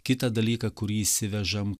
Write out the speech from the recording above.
kitą dalyką kurį įsivežam